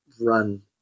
run